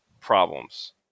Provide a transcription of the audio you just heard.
problems